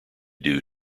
due